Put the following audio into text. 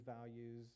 values